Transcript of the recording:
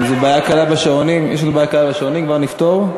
קבוצת סיעת יהדות התורה, וחברי הכנסת אליהו ישי,